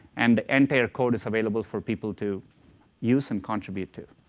and the entire code is available for people to use and contribute to.